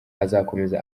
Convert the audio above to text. azakomeza